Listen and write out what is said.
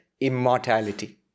immortality